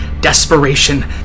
desperation